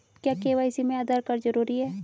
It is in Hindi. क्या के.वाई.सी में आधार कार्ड जरूरी है?